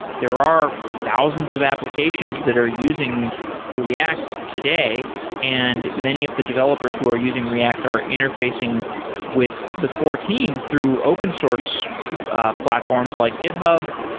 there are thousands of applications that are using react today and many of the developers who are using react are interfacing with the core team through open source ah platforms like github.